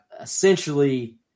essentially